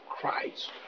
Christ